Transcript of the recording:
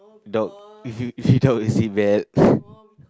dog if you if you dog is it bad